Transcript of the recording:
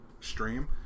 stream